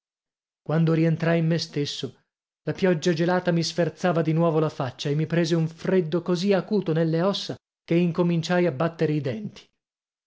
quando rientrai in me stesso la pioggia gelata mi sferzava di nuovo la faccia e mi prese un freddo così acuto nelle ossa che incominciai a battere i denti